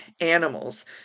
animals